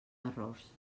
errors